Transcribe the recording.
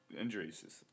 injuries